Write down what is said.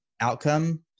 outcome